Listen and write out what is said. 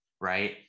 right